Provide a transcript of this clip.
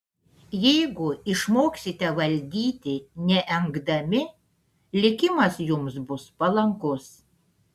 jeigu išmoksite valdyti neengdami likimas jums bus palankus